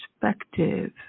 perspective